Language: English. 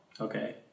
okay